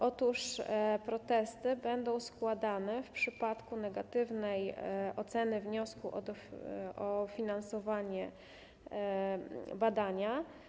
Otóż protesty będą składane w przypadku negatywnej oceny wniosku o finansowanie badania.